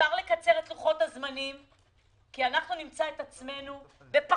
את לוחות הזמנים כי אנחנו נמצא את עצמנו תוך